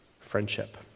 friendship